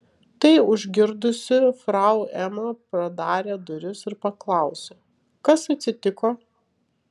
tai užgirdusi frau ema pradarė duris ir paklausė kas atsitiko